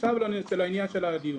עכשיו לעניין של הדיון.